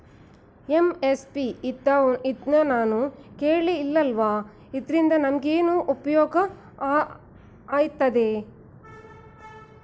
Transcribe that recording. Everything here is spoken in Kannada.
ಎಂ.ಎಸ್.ಪಿ ಇದ್ನನಾನು ಕೇಳೆ ಇಲ್ವಲ್ಲ? ಇದ್ರಿಂದ ನಮ್ಗೆ ಏನ್ಉಪ್ಯೋಗ ಆಯ್ತದೆ?